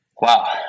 Wow